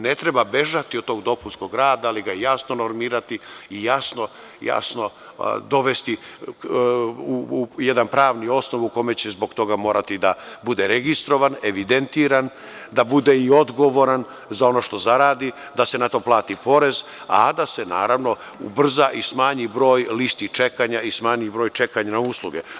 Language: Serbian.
Ne treba bežati od tog dopunskog rada, ali ga jasno normirati i jasno dovesti u jedan pravni osnov u kome će zbog toga morati da bude registrovan, evidentira, da bude i odgovoran za ono što zaradi, da se na to plati porez, a da se naravno ubrza i smanji broj listi i čekanja i smanji broj čekanja na usluge.